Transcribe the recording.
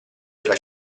della